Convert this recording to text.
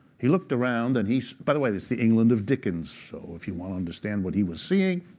he looked around and he by the way, that's the england of dickens. so if you want to understand what he was saying,